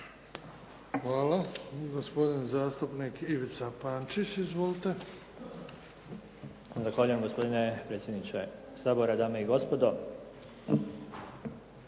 Hvala. Gospodin zastupnik Ivica Pančić. Izvolite. **Pančić, Ivica (SDP)** Zahvaljujem gospodine predsjedniče Sabora. Dame i gospodo.